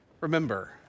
remember